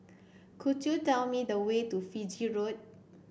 could you tell me the way to Fiji Road